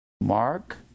Mark